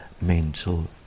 mental